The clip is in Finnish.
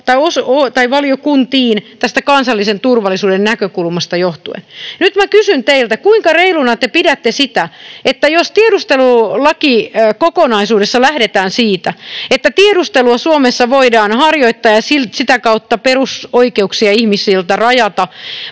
valiokuntiin tästä kansallisen turvallisuuden näkökulmasta johtuen. Nyt minä kysyn teiltä, kuinka reiluna te pidätte tätä: Tiedustelulakikokonaisuudessa lähdetään siitä, että tiedustelua Suomessa voidaan harjoittaa ja sitä kautta perusoikeuksia ihmisiltä rajata